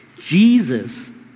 Jesus